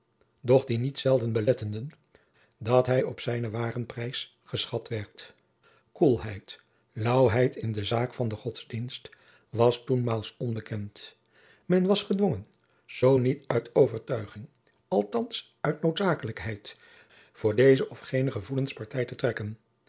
doch die niet zelden beletteden dat hij op zijnen waren prijs geschat werd koelheid laauwheid in de zaak van de godsdienst was toenmaals onbekend men was gedwongen zoo niet uit overtuiging althands uit noodzakelijkheid voor deze of gene gevoelens partij te trekken